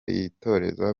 yitoreza